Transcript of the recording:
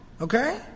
okay